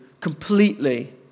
completely